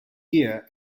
year